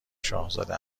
شاهزاده